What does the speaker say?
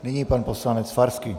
Nyní pan poslanec Farský.